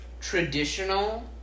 traditional